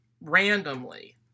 randomly